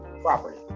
property